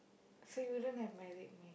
so you wouldn't have married me